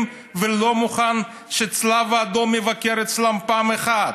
ולא מוכן שהצלב האדום יבקר אצלם פעם אחת.